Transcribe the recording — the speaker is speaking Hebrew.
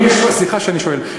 סליחה שאני שואל,